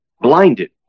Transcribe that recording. blinded